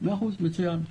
מאה אחוז, מצוין.